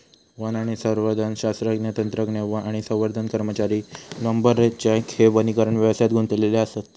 one आणि संवर्धन शास्त्रज्ञ, तंत्रज्ञ, वन आणि संवर्धन कर्मचारी, लांबरजॅक हे वनीकरण व्यवसायात गुंतलेले असत